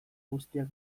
guztiak